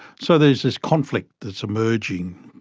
so there's this conflict that's emerging.